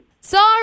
Sorry